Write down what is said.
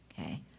Okay